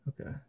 okay